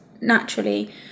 naturally